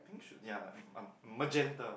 I think should ya um magenta